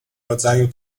rodzaju